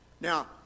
Now